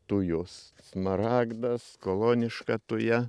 tujos smaragdas koloniška tuja